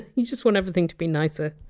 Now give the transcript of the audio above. you just want everything to be nicer,